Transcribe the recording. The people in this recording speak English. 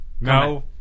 no